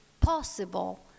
possible